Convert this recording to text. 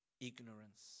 ignorance